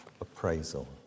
appraisal